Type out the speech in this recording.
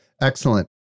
excellent